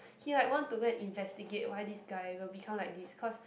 he like want to go and investigate why this guy will become like this because